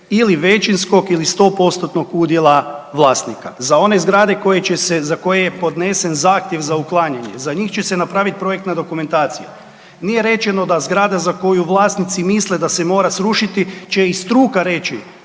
ili većinskog ili 100%-tnog udjela vlasnika. Za one zgrade koje će se, za koje je podnesen zahtjev za uklanjanje, za njih će se napravit projektna dokumentacija. Nije rečeno da zgrada za koju vlasnici misle da se mora srušiti će i struka reći